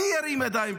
מי ירים ידיים קודם?